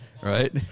Right